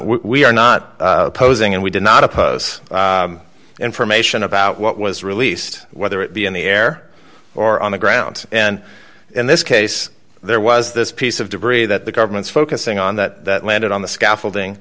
we are not posing and we did not oppose information about what was released whether it be in the air or on the ground and in this case there was this piece of debris that the government's focusing on that landed on the scaffolding